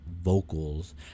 vocals